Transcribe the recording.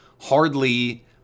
Hardly